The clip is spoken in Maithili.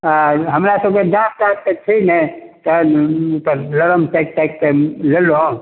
हँ हमरा सबके तऽ दाँत ताँत तऽ छै नहि तऽ लरम लरम ताकि ताकिके लेलहुँ